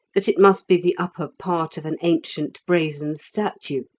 that it must be the upper part of an ancient brazen statue,